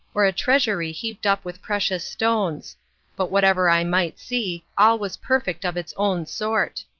or a treasury heaped up with precious stones but whatever i might see, all was perfect of its own sort.